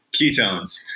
ketones